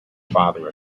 father